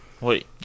Wait